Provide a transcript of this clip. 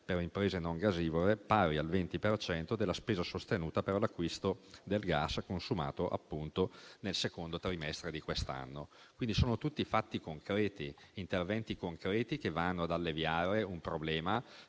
le imprese non gasivore pari al 20 per cento della spesa sostenuta per l'acquisto del gas consumato nel secondo trimestre di quest'anno. Sono tutti interventi concreti che vanno ad alleviare un problema,